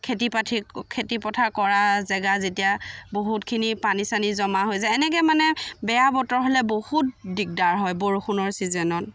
খেতি পাথি খেতি পথাৰ কৰা জেগা যেতিয়া বহুতখিনি পানী চানী জমা হৈ যায় এনেকৈ মানে বেয়া বতৰ হ'লে বহুত দিগদাৰ হয় বৰষুণৰ চিজনত